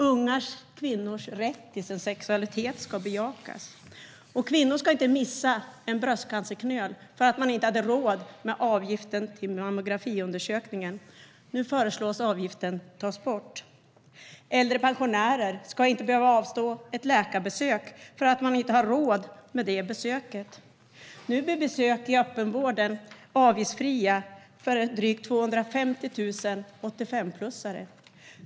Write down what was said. Unga kvinnors rätt till sin sexualitet ska bejakas. Kvinnor ska inte missa en bröstcancerknöl för att de inte har råd med avgiften för mammografiundersökningen. Nu föreslår vi att avgiften tas bort. Äldre pensionärer ska inte behöva avstå från ett läkarbesök för att de inte har råd. Nu blir besök i öppenvården avgiftsfria för drygt 250 000 85-plussare.